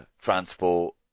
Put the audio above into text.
transport